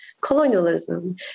colonialism